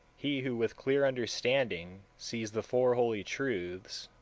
he who, with clear understanding, sees the four holy truths